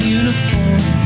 uniform